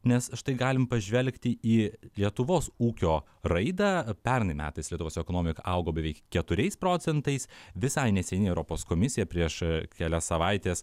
nes štai galim pažvelgti į lietuvos ūkio raidą pernai metais lietuvos ekonomika augo beveik keturiais procentais visai neseniai europos komisija prieš kelias savaites